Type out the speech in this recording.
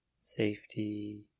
Safety